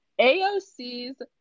AOC's